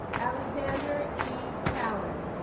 alexander e. cowen